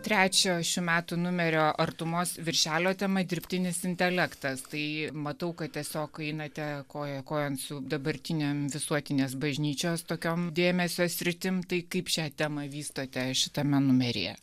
trečio šių metų numerio artumos viršelio tema dirbtinis intelektas tai matau kad tiesiog einate koja kojon su dabartinėm visuotinės bažnyčios tokiom dėmesio sritim tai kaip šią temą vystote šitame numeryje